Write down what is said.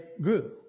grew